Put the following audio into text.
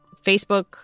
Facebook